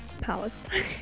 Palestine